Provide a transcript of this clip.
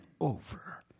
over